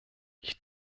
ich